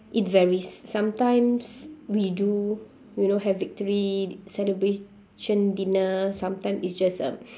it varies sometimes we do you know have victory celebration dinner sometimes it's just um